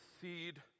seed